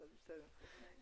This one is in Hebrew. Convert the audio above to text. זה בסדר.